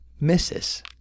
Misses